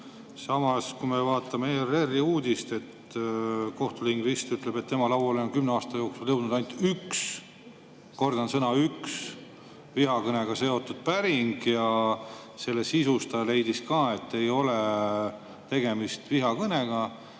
Samas, kui me vaatame ERR-i uudist, siis kohtulingvist ütleb, et tema lauale on kümne aasta jooksul jõudnud ainult üks – kordan, üks – vihakõnega seotud päring. Ja selle sisu puhul ta leidis ka, et ei ole tegemist vihakõnega.